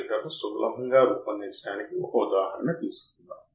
చేరే వరకు ఇన్పుట్ తో సరిపోలడానికి ప్రయత్నిస్తుందిసరే